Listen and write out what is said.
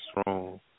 strong